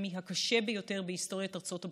האנטישמי הקשה ביותר בהיסטוריית ארצות הברית,